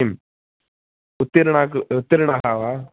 उत्तीर्णः कः उत्तीर्णः वा